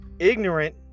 ignorant